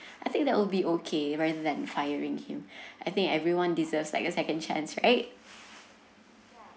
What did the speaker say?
I think that will be okay rather than firing him I think everyone deserves like a second chance right